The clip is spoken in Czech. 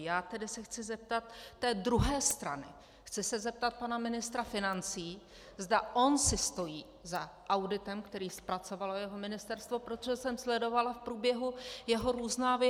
Já se tedy chci zeptat té druhé strany, chci se zeptat pana ministra financí, zda on si stojí za auditem, který zpracovalo jeho ministerstvo, protože jsem sledovala v průběhu jeho různá vyjádření.